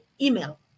email